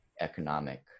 economic